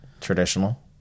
Traditional